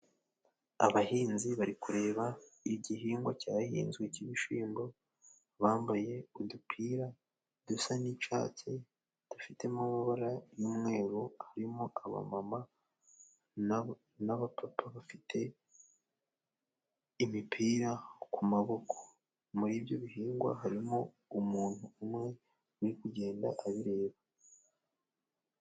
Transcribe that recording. Abahinzi bari kureba igihingwa cyahinzwe cy'ibishyimbo, bambaye udupira dusa n'icyatsi, dufitemo amabara y'umweru harimo abamama n'abapapa bafite imipira ku maboko. Muri ibyo bihingwa harimo umuntu umwe, uri kugenda abireba.